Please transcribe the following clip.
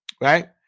Right